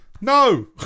no